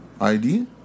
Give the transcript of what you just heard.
ID